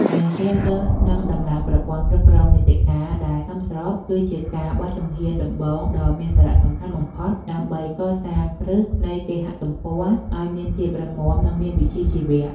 ការជ្រើសរើស និងដំឡើងប្រព័ន្ធគ្រប់គ្រងមាតិកា ដែលសមស្រប គឺជាការបោះជំហានដំបូងដ៏មានសារៈសំខាន់បំផុត ដើម្បីកសាងគ្រឹះនៃគេហទំព័រឱ្យមានភាពរឹងមាំ និងមានវិជ្ជាជីវៈ។